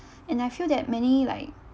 and I feel that many like